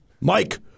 Mike